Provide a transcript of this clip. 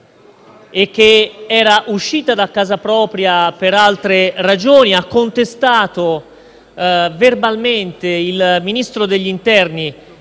e che era uscita da casa propria per altre ragioni, ha contestato verbalmente il Ministro dell'interno,